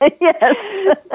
Yes